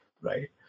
right